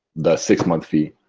the six month fee.